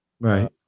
right